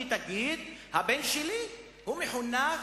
היא תגיד: הבן שלי הוא מחונך,